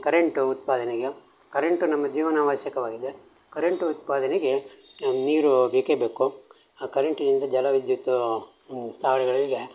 current ಉತ್ಪಾದನೆಗೆ current ನಮ್ಮ ಜೀವನ ಅವಶ್ಯಕವಾಗಿದೆ ಕರೆಂಟು ಉತ್ಪಾದನೆಗೆ ನೀರು ಬೇಕೇ ಬೇಕು ಆ ಕರೆಂಟಿನಿಂದ ಜಲ ವಿದ್ಯುತ್ ಸ್ಥಾವರಗಳೂ ಇದೆ